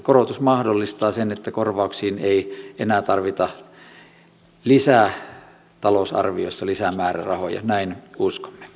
korotus mahdollistaa sen että korvauksiin ei enää tarvita lisätalousarviossa lisää määrärahoja näin uskomme